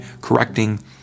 correcting